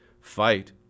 fight